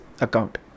account